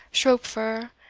shropfer,